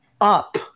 up